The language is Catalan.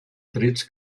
trets